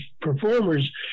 performers